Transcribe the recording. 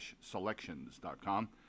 selections.com